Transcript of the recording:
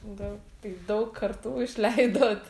daug tai daug kartų išleidot